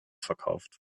verkauft